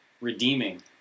Redeeming